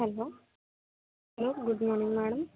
hello hello good morning madam